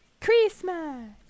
Christmas